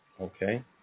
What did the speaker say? Okay